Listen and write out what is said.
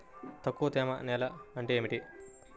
తక్కువ తేమ నేల అంటే ఏమిటి?